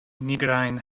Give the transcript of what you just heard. nigrajn